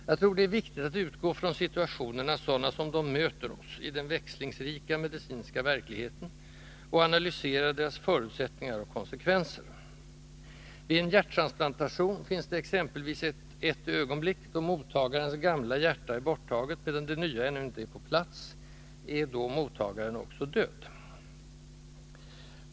Jag tror att det är viktigt att utgå från situationerna sådana som de möter oss i den växlingsrika medicinska verkligheten och analysera deras förutsättningar och konsekvenser. Vid en hjärttransplantation finns det exempelvis ett ögonblick då mottagarens ”gamla” hjärta är borttaget medan det ”nya” ännu inte är på plats — är då mottagaren också död?